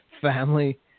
family